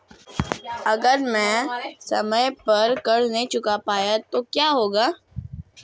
अगर मैं समय पर कर्ज़ नहीं चुका पाया तो क्या होगा?